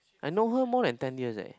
I know her more than ten years eh